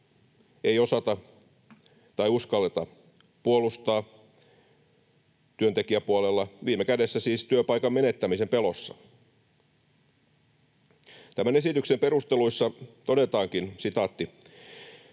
ei osata tai uskalleta puolustaa työntekijäpuolella viime kädessä siis työpaikan menettämisen pelossa. Tämän esityksen perusteluissa todetaankin: ”Vaikka